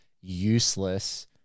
useless